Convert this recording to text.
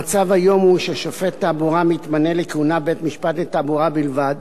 המצב היום הוא ששופט תעבורה מתמנה לכהונה בבית-משפט לתעבורה בלבד,